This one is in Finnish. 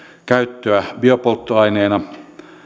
käyttöä biopolttoaineena